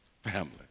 Family